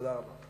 תודה רבה.